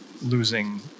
losing